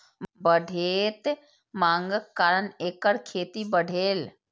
बढ़ैत मांगक कारण एकर खेती बढ़लैए